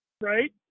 right